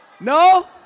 No